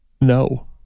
No